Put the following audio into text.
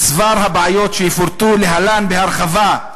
צבר הבעיות שיפורט להלן בהרחבה"